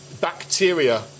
bacteria